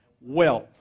wealth